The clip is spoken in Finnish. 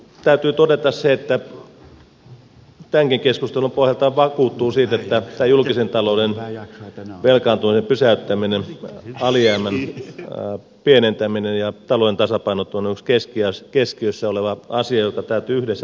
täytyy todeta se että tämänkin keskustelun pohjalta vakuuttuu siitä että tämä julkisen talouden velkaantumisen pysäyttäminen alijäämän pienentäminen ja talouden tasapainottaminen on yksi keskiössä oleva asia joka täytyy yhdessä meidän hoitaa